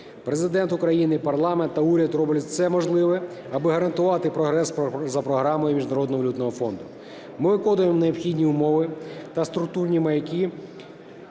Президент України, парламент та уряд роблять все можливе, аби гарантувати прогрес за програмою Міжнародного валютного фонду. Ми виконуємо необхідні умови та структурні маяки,